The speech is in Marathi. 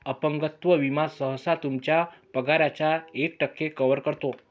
अपंगत्व विमा सहसा तुमच्या पगाराच्या एक टक्के कव्हर करतो